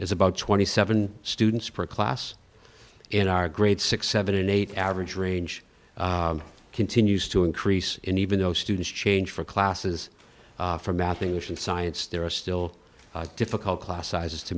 is about twenty seven students per class in our grade six seven eight average range continues to increase in even though students change for classes for math english and science there are still difficult class sizes to